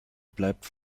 bleibt